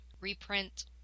reprint